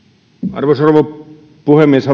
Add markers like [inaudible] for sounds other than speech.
arvoisa rouva puhemies [unintelligible]